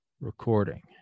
recording